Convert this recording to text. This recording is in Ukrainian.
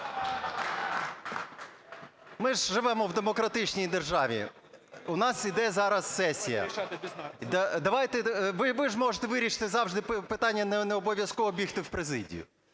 Ми ж живемо в демократичній державі, у нас зараз йде сесія. Ви ж можете вирішити завжди питання, не обов'язково бігти в президію).